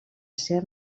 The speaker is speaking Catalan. ser